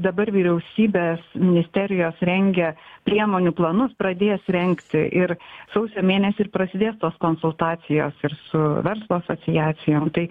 dabar vyriausybės ministerijos rengia priemonių planus pradės rengti ir sausio mėnesį ir prasidės tos konsultacijos ir su verslo asociacijom tai